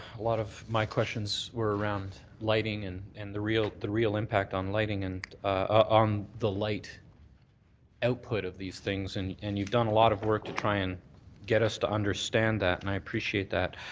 a lot of my questions were around lighting and and the real the real impact on lighting on the light output of these things. and and you've done a lot of work to try and get us to understand that and i appreciate that.